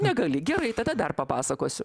negali gerai tada dar papasakosiu